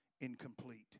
incomplete